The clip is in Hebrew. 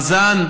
שבמאזן,